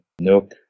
Nook